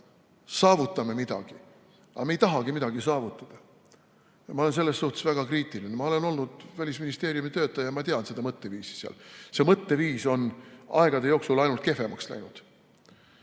saavutame midagi? Aga me ei tahagi midagi saavutada. Ja ma olen selles suhtes väga kriitiline. Ma olen olnud Välisministeeriumi töötaja, ma tean seda mõtteviisi. See mõtteviis on aja jooksul ainult kehvemaks läinud.